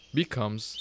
becomes